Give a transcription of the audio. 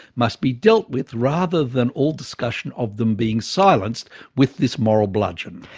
must be dealt with rather than all discussion of them being silenced with this moral bludgeon.